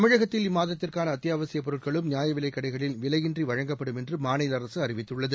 தமிழகத்தில் இம்மாதத்திற்கான அத்தியாவசியப் பொருட்களும் நியாயவிலைக் கடைகளில் விலையின்றி வழங்கப்படும் என்று மாநில அரசு அறிவித்துள்ளது